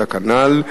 כנ"ל,